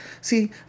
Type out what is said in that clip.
See